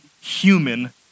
human